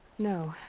no.